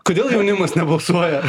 kodėl jaunimas nebalsuoja